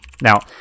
Now